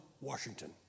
Washington